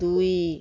ଦୁଇ